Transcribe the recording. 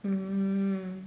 mm